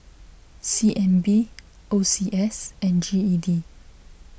C N B O C S and G E D